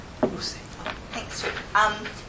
Thanks